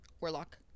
Warlock